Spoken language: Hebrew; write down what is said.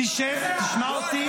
תקרות --- אל תברח, שב, שמע אותי.